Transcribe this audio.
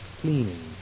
cleaning